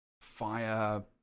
fire